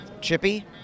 Chippy